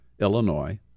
Illinois